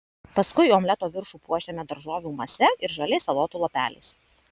paskui omleto viršų puošiame daržovių mase ir žaliais salotų lapeliais